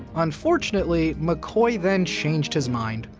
unfortunately, mccoy then changed his mind,